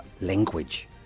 language